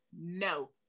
No